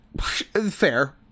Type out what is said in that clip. fair